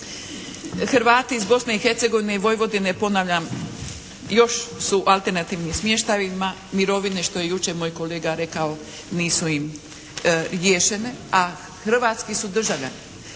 Hrvati iz Bosne i Hercegovine i Vojvodine ponavljam, još su u alternativnim smještajima, mirovine što je jučer moj kolega rekao nisu im riješene, a hrvatski su državljani.